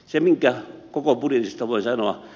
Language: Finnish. se minkä koko budjetista voin sanoa